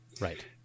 Right